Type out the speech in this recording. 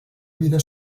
vida